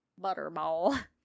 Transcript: butterball